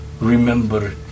Remember